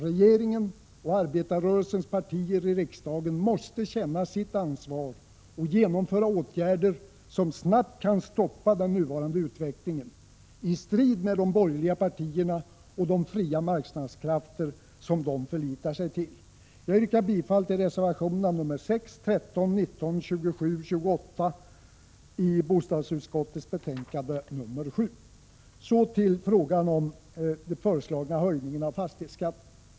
Regeringen och arbetarrörelsens partier i riksdagen måste känna sitt ansvar och genomföra åtgärder som snabbt kan stoppa den nuvarande utvecklingen — i strid med de borgerliga partierna och de fria marknadskrafter de förlitar sig till! Jag yrkar bifall till reservationerna nr 6, 13, 19, 27 och 28 vid bostadsutskottets betänkande nr 7. Så till den föreslagna höjningen av fastighetsskatten.